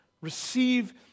Receive